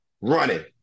running